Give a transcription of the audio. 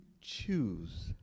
choose